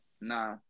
Nah